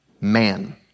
man